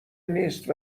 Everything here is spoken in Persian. نیست